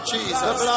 Jesus